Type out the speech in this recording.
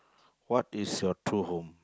what is a true home